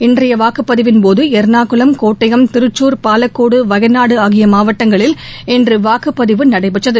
இன்றைய வாக்குப்பதிவின்போது எர்ணாகுளம் கோட்டயம் திருக்குர் பாலக்காடு வயநாடு ஆகிய மாவட்டங்களில் இன்று வாக்குப்பதிவு நடைபெற்றது